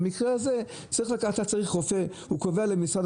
במקרה הזה משרד הבריאות יכול לקבוע למשרד